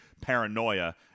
paranoia